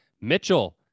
Mitchell